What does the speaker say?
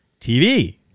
TV